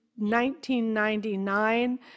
1999